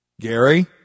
Gary